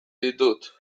ditut